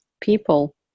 people